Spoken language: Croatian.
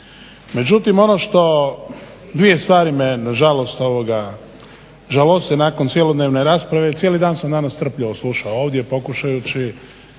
Međutim, dvije stvari me nažalost žaloste nakon cjelodnevne rasprave jer cijeli dan sam danas strpljivo slušao ovdje pokušavajući